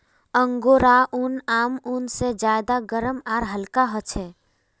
angora ऊन आम ऊन से ज्यादा गर्म आर हल्का ह छे